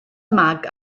mag